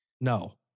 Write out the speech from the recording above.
No